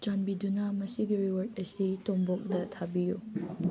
ꯆꯥꯟꯕꯤꯗꯨꯅ ꯃꯁꯤꯒꯤ ꯔꯤꯋꯥꯔꯠ ꯑꯁꯤ ꯇꯣꯝꯕꯣꯛꯇ ꯊꯥꯕꯤꯌꯨ